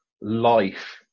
life